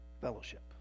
Fellowship